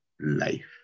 life